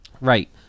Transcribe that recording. Right